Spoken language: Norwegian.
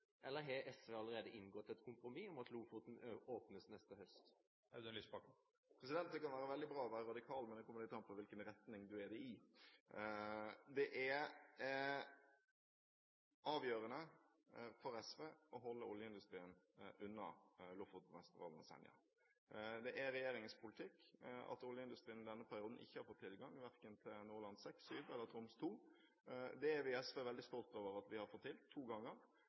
eller har SV allerede inngått et kompromiss om at Lofoten åpnes neste høst? Det kan være veldig bra å være radikal, men det kommer an på i hvilken retning du er det. Det er avgjørende for SV å holde oljeindustrien unna Lofoten, Vesterålen og Senja. Det er regjeringens politikk at oljeindustrien i denne perioden ikke har fått tilgang, verken til Nordland VI, VII eller Troms II. Det er vi i SV veldig stolt over at vi har fått til – to ganger.